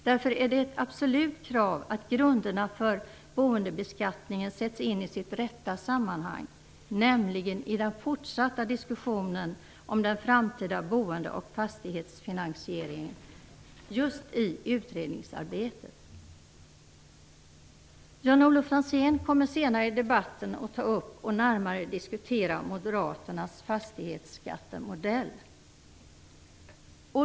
Därför är det ett absolut krav att grunderna för boendebeskattningen sätts in i sitt rätta sammanhang, nämligen i den fortsatta diskussionen om den framtida boende och fastighetsfinansieringen i utredningsarbetet. Jan-Olof Franzén kommer senare i debatten att ta upp och närmare diskutera moderaternas fastighetsskattemodell. Fru talman!